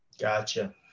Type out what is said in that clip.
Gotcha